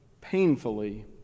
painfully